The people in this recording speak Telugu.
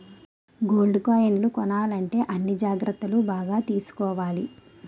గోల్డు కాయిన్లు కొనాలంటే అన్ని జాగ్రత్తలు బాగా తీసుకోవాలి